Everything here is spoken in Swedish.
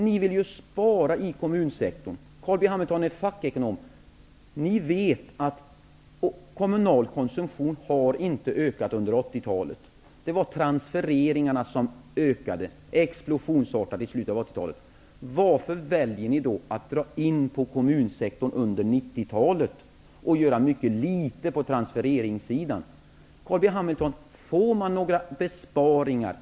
Ni vill ju spara i kommunsektorn, Carl B Hamilton. Carl B Hamilton är fackekonom, och ni vet att kommunal konsumtion inte har ökat under 80 talet. Det var transfereringarna som ökade explosionsartat i slutet av 80-talet. Varför väljer ni då att dra in på kommunsektorn under 90-talet och göra litet på transfereringssidan?